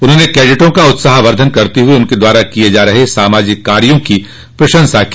उन्होंने कैडिटों का उत्साहवर्धन करते हुए उनके द्वारा किये जा रहे सामाजिक कार्यो की प्रशंसा की